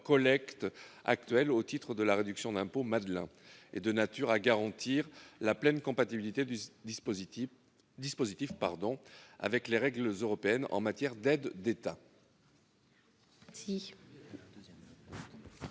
collecte actuelle au titre de la réduction d'impôt Madelin et de nature à garantir la pleine compatibilité du dispositif avec les règles européennes en matière d'aides d'État.